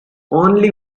only